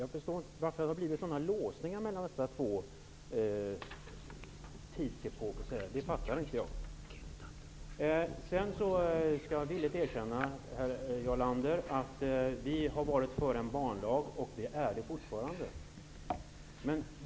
Jag förstår inte varför det har blivit sådana låsningar mellan dessa två tidepoker. Det förstår jag inte. Sedan skall jag villigt erkänna, Jarl Lander, att vi i Ny demokrati har varit för en banlag, och det är vi fortfarande.